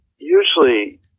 Usually